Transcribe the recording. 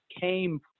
came